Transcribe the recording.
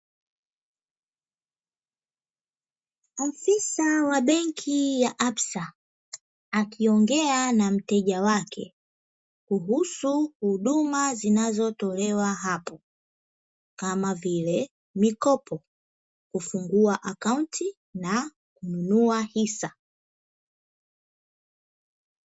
Afisa wa benki ya "ABSA", akiongea na mteja wake kuhusu huduma zinazotolewa hapo, kama vile mikopo, kufungua akaunti na kununua hisa.